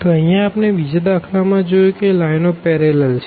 તો અહિયાં આપણે બીજા દાખલા માં જોયું કે લાઈનો પેરેલલ છે